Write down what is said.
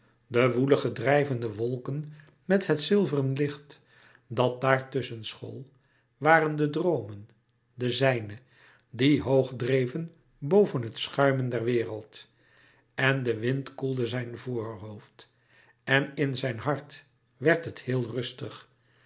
de woelige drijvende wolken met het zilveren licht dat daar tusschen school waren de droomen de zijne die hoog dreven boven het schuimen der wereld en de wind koelde zijn voorhoofd en in zijn hart werd het heel rustig